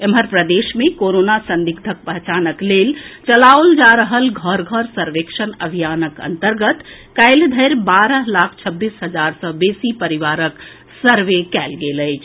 एम्हर प्रदेश मे कोरोना संदिग्धक पहचानक लेल चलाओल जा रहल घर घर सर्वेक्षण अभियानक अन्तर्गत काल्हि धरि बारह लाख छब्बीस हजार सँ बेसी परिवारक सर्वे कएल गेल अछि